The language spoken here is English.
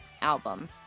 album